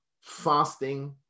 Fasting